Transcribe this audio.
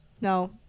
No